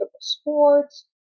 sports